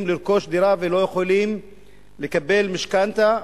לרכוש דירה ולא יכולים לקבל משכנתה,